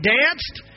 danced